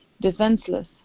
Defenseless